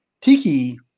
tiki